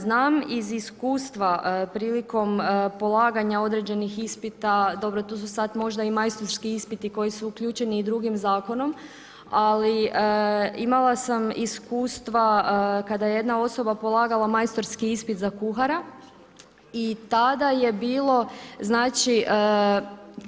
Znam iz iskustva prilikom polaganja određenih ispita, dobro, tu su sad možda i majstorski ispiti koji su uključeni i drugim zakonom, ali imala sam iskustva kada je jedna osoba polagala majstorski ispit za kuhara i tada je bilo